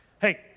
Hey